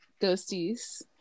Ghosties